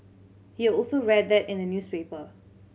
he also read that in the newspaper